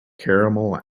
caramel